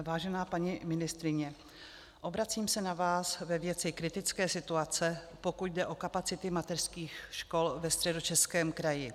Vážená paní ministryně, obracím se na vás ve věci kritické situace, pokud jde o kapacity mateřských škol ve Středočeském kraji.